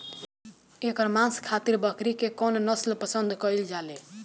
एकर मांस खातिर बकरी के कौन नस्ल पसंद कईल जाले?